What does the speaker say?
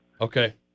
Okay